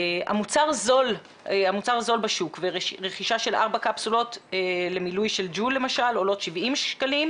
המוצר זול בשוק ורכישה של ארבע קפסולות למילוי של ג'ול עולות 70 שקלים.